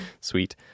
Sweet